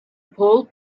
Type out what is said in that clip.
pole